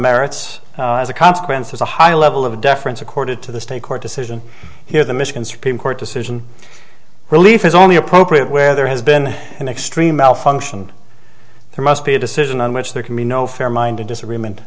merits as a consequence is a high level of deference accorded to the state court decision here the michigan supreme court decision relief is only appropriate where there has been an extreme malfunction there must be a decision on which there can be no fair minded disagreement